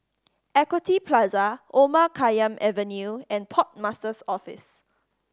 Equity Plaza Omar Khayyam Avenue and Port Master's Office